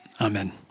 Amen